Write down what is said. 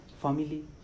family